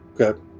Okay